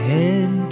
Head